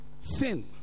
Sin